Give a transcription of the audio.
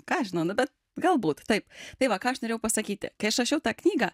ką aš žinau nu bet galbūt taip tai va ką aš norėjau pasakyti kai aš rašiau tą knygą